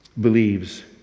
believes